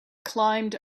climbed